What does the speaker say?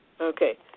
Okay